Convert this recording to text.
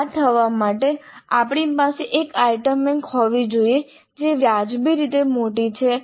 આ થવા માટે આપણી પાસે એક આઇટમ બેંક હોવી જોઈએ જે વ્યાજબી રીતે મોટી છે